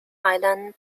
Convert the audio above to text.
island